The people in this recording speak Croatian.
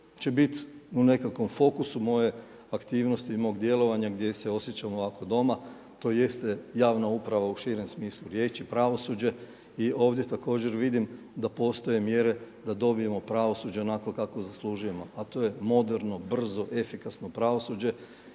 će biti u nekakvom fokusu moje aktivnosti i mog djelovanja gdje se osjećam ovako doma, to jeste javna uprava u širem smislu riječi, pravosuđe. I ovdje također vidim da postoje mjere da dobijemo pravosuđe onakvo kakvo zaslužujemo, a to je moderno, brzo, efikasno pravosuđe.